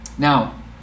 Now